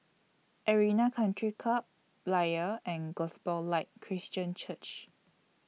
Arena Country Club Layar and Gospel Light Christian Church